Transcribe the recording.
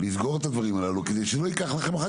לסגור את הדברים הללו כדי שלא ייקח לכם אחר